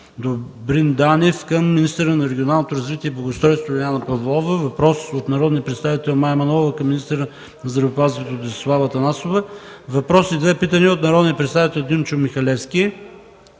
Добрин Данев към министъра на регионалното развитие и благоустройството Лиляна Павлова; - въпрос от народния представител Мая Манолова към министъра на здравеопазването Десислава Атанасова; - въпрос и 2 питания от народния представител Димчо Михалевски